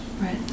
right